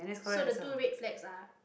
so the two red flags are